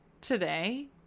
today